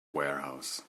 warehouse